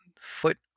foot